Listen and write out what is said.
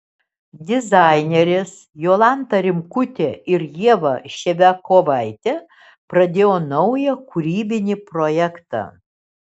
dizainerės jolanta rimkutė ir ieva ševiakovaitė pradėjo naują kūrybinį projektą